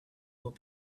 will